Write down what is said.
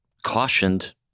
cautioned